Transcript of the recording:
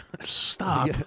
Stop